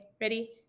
Ready